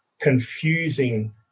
confusing